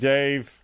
Dave